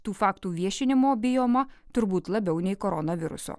tų faktų viešinimo bijoma turbūt labiau nei koronaviruso